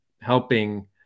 helping